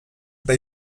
eta